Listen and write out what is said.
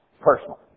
Personal